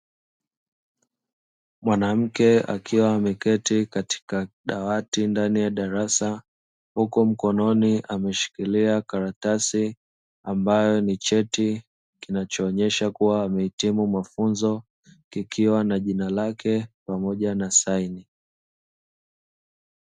Mwanamke akiwa ameketi katika dawati ndani ya darasa huko mkononi ameshikilia karatasi ambayo ni cheti kinachoonyesha kuwa amehitimu mafunzo kikiwa na jina lake pamoja na saini.